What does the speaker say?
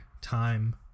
time